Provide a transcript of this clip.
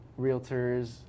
realtors